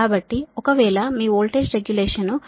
కాబట్టి ఒకవేళ మీ వోల్టేజ్ రెగ్యులేషన్ 24